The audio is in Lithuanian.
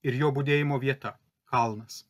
ir jo budėjimo vieta kalnas